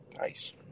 Nice